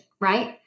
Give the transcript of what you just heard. right